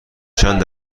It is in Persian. چند